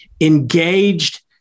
engaged